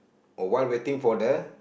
or while waiting for the